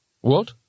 What